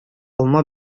алма